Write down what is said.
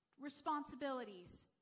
Responsibilities